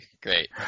Great